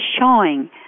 showing